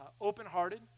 open-hearted